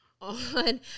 on